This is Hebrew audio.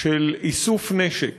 של איסוף נשק